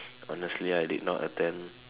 honestly I did not attempt